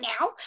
now